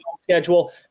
schedule